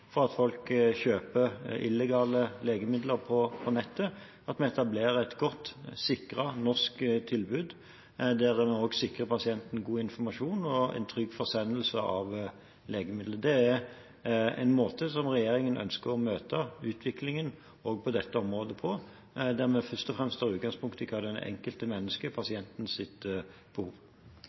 at vi etablerer et godt, sikret norsk tilbud, der en også sikrer pasienten god informasjon og en trygg forsendelse av legemidlet, vil også demme opp for faren for at folk kjøper illegale legemidler på nettet. Det er en måte som regjeringen ønsker å møte utviklingen på dette området på, der vi først og fremst tar utgangspunkt i hva det enkelte menneskes, pasientens, behov